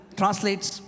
translates